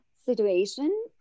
situation